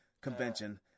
convention